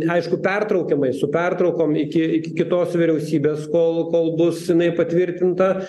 aišku pertraukiamai su pertraukom iki iki kitos vyriausybės kol kol bus jinai patvirtinta